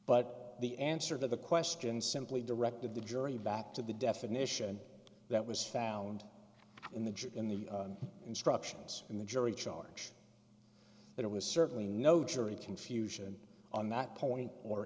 but the answer to the question simply directed the jury back to the definition that was found in the judge in the instructions in the jury charge but it was certainly no jury confusion on that point or